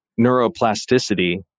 neuroplasticity